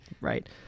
Right